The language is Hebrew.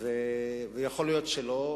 ויכול להיות שלא,